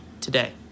Today